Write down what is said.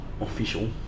official